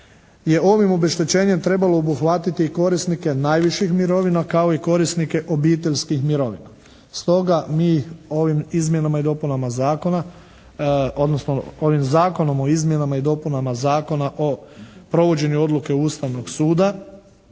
ovim obeštećenjem trebalo obuhvatiti i korisnike najviših mirovina kao i korisnike obiteljskih mirovina. Stoga mi ovim izmjenama i dopunama zakona odnosno ovim Zakona